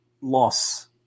loss